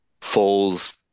falls